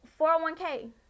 401k